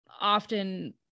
often